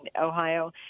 Ohio